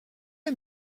est